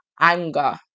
anger